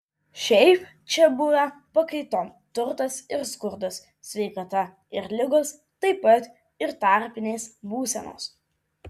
šiaip čia buvę pakaitom turtas ir skurdas sveikata ir ligos taip pat ir tarpinės būsenos